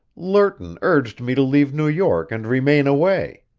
lerton urged me to leave new york and remain away.